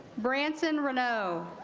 branson renaud